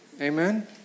Amen